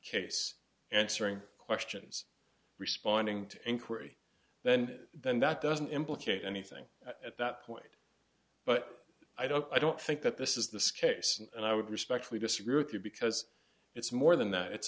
case answering questions responding to inquiry then then that doesn't implicate anything at that point but i don't i don't think that this is this case and i would respectfully disagree with you because it's more than that it's